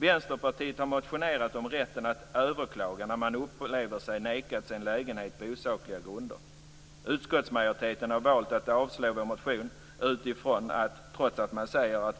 Vänsterpartiet har motionerat om rätten att överklaga när man upplever sig nekad en lägenhet på osakliga grunder. Utskottsmajoriteten har valt att avslå vår motion utifrån att vårt förslag, trots att man säger